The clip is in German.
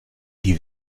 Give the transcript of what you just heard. die